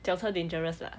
脚车 dangerous lah